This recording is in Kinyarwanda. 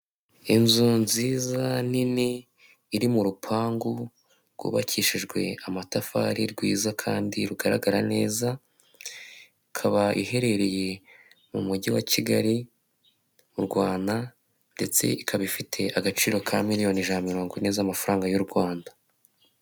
Inzu nziza nini iri mu rupangu rwubakishijwe amatafari rwiza kandi rugaragara neza, ikaba iherereye mu mujyi wa Kigali mu Rwanda ndetse ikaba ifite agaciro ka miliyoni ijana mirongo ine z'amafaranga y'u Rwanda.